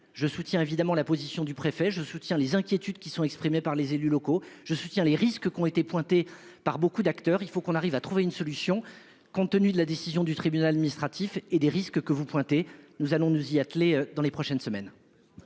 Je soutiens évidemment la position du préfet. Je soutiens les inquiétudes qui sont exprimées par les élus locaux. Je soutiens les risques qu'ont été pointés par beaucoup d'acteurs, il faut qu'on arrive à trouver une solution. Compte tenu de la décision du tribunal administratif et des risques que vous pointez, nous allons nous y atteler dans les prochaines semaines.--